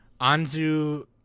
Anzu